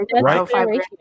right